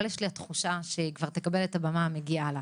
אבל יש לי תחושה שהיא כבר תקבל את הבמה המגיעה לה.